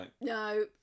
no